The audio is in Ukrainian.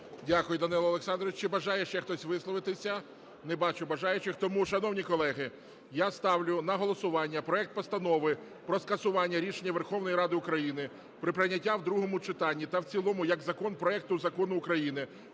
Дякую, Данило Олександрович! Чи бажає ще хтось висловитися? Не бачу бажаючих. Тому, шановні колеги, я ставлю на голосування проект Постанови про скасування рішення Верховної Ради України про прийняття в другому читанні та в цілому як закон проекту Закону України